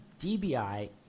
DBI